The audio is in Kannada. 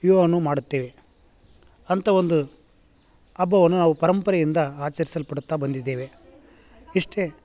ವಿವಾಹವನ್ನು ಮಾಡುತ್ತೇವೆ ಅಂಥ ಒಂದು ಹಬ್ಬವನ್ನು ನಾವು ಪರಂಪರೆಯಿಂದ ಆಚರಿಸಲ್ಪಡುತ್ತಾ ಬಂದಿದ್ದೇವೆ ಇಷ್ಟೇ